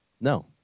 No